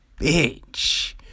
bitch